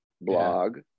blog